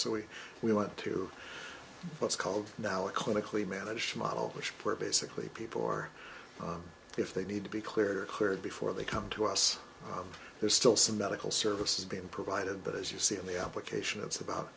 so we we want to what's called now a clinically managed model which where basically people or if they need to be clear cleared before they come to us there's still some medical services being provided but as you see in the application it's about